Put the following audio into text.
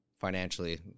financially